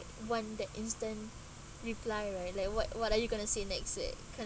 want that instant reply right like what what are you going to say next seh kind of